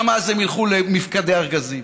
גם אז הם ילכו למפקדי ארגזים,